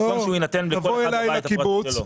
במקום שהוא יינתן לכל אחד בבית הפרטי שלו.